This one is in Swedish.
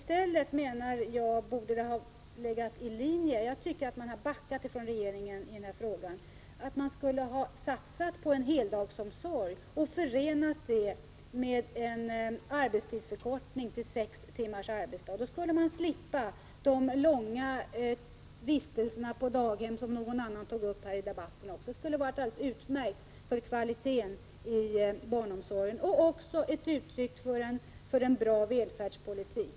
Jag tycker att regeringen har backat i den här frågan. Man borde i stället ha satsat på heldagsomsorg och förenat den med en arbetstidsförkortning till sex timmars arbetsdag. Då skulle man, som någon annan tog upp i debatten, ha sluppit de långa vistelserna på daghem. Det skulle ha varit utmärkt för kvaliteten i barnomsorgen och också ha varit ett uttryck för en bra välfärdspolitik.